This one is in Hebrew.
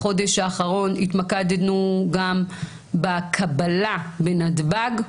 בחודש האחרון התמקדנו גם בקבלה בנתב"ג,